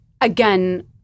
again